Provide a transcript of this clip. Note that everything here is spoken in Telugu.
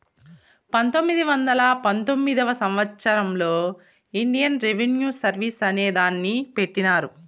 పంతొమ్మిది వందల పంతొమ్మిదివ సంవచ్చరంలో ఇండియన్ రెవిన్యూ సర్వీస్ అనే దాన్ని పెట్టినారు